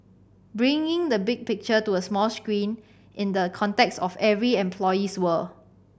bringing the big picture to the 'small screen' in the context of every employee's world